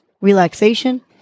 relaxation